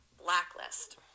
blacklist